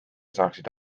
saaksid